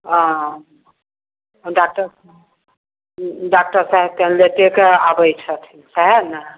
हँ डाक्टर साहेब डाक्टर साहेब तऽ लेटेकऽ आबै छथिन सएह ने